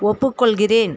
ஒப்புக்கொள்கிறேன்